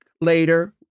later